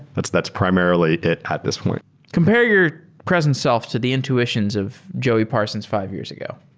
that's that's primarily it at this point compare your present self to the intuitions of joey parsons fi ve years ago